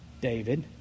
David